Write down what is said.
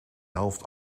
helft